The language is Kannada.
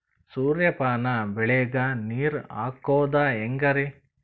ಸೂರ್ಯಪಾನ ಬೆಳಿಗ ನೀರ್ ಹಾಕೋದ ಹೆಂಗರಿ?